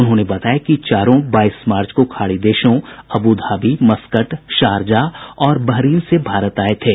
उन्होंने बताया कि चारों बाईस मार्च को खाड़ी देशों अब्धाबी मस्कट शारजाह और बहरीन से भारत आए थे